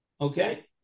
Okay